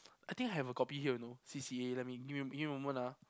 I think I have a copy here you know C_C_A let me give me give me a moment ah